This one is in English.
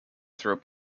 through